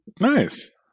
nice